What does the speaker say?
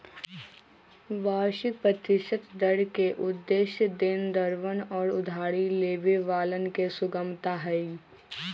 वार्षिक प्रतिशत दर के उद्देश्य देनदरवन और उधारी लेवे वालन के सुगमता हई